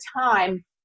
time